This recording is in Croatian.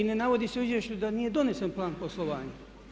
I ne navodi se u izvješću da nije donesen plan poslovanja.